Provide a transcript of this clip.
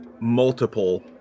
multiple